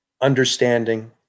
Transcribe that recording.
understanding